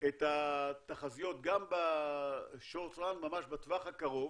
את התחזיות גם בטווח הקרוב